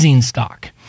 stock